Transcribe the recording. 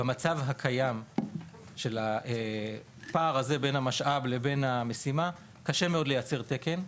במצב הקיים של הפער הזה בן המשאב לבין המשימה קשה מאוד לייצר תקן,